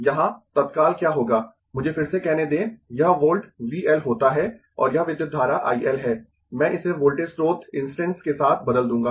यहां तत्काल क्या होगा मुझे फिर से कहने दें यह वोल्ट V L होता है और यह विद्युत धारा I L है मैं इसे वोल्टेज स्रोत इंस्टैंस के साथ बदल दूंगा